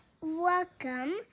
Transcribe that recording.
Welcome